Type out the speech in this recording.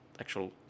actual